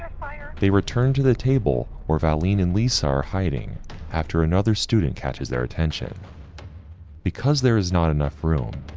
they returned to the table where valene and lisa are hiding after another student catches their attention because there is not enough room.